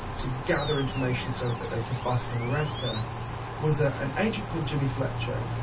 to gather information so that they could bust and arrest her was ah an agent called jimmy fletcher.